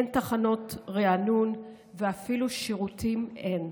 אין תחנות ריענון ואפילו שירותים אין.